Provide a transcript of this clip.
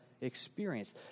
experience